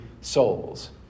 souls